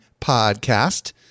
podcast